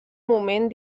moment